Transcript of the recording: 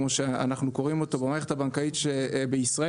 כמו שאנחנו קוראים לזה במערכת הבנקאית בישראל,